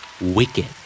Wicked